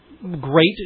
Great